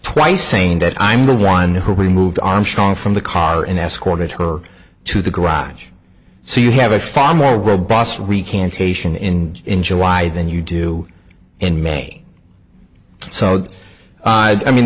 twice saying that i'm the one who removed armstrong from the car and escorted her to the garage so you have a far more robust recantation in in july than you do in may so i mean